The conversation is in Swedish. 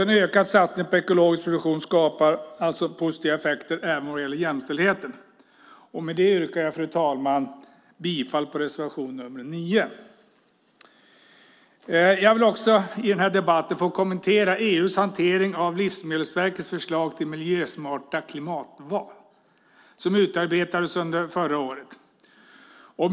En ökad satsning på ekologisk produktion skapar positiva effekter även vad gäller jämställdheten. Med det yrkar jag, fru ålderspresident, bifall till reservation nr 9. Jag vill också i den här debatten få kommentera EU:s hantering av Livsmedelverkets förslag till miljösmarta matval som utarbetades under förra året.